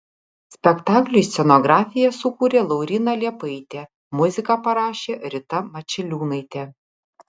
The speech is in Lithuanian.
spektakliui scenografiją sukūrė lauryna liepaitė muziką parašė rita mačiliūnaitė